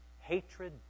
hatred